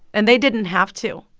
and they didn't have to.